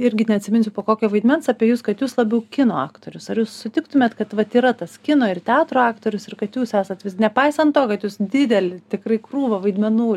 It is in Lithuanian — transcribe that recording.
irgi neatsiminsiu po kokio vaidmens apie jus kad jūs labiau kino aktorius ar jūs sutiktumėt kad vat yra tas kino ir teatro aktorius ir kad jūs esat nepaisant to kad jūs didelį tikrai krūvą vaidmenų